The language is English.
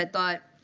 ah thought,